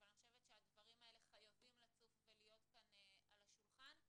אבל אני חושבת שהדברים האלה חייבים לצוף ולהיות כאן על השולחן,